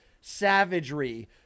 savagery